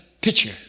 picture